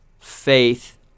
faith